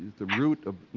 the root of,